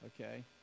okay